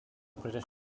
british